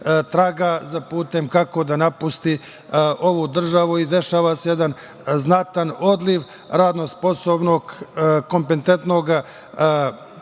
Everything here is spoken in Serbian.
tragaju za putem kako da napuste ovu državu. Dešava se i jedan znatan odliv radno sposobnog, kompetentnog kadra